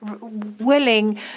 willing